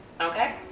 Okay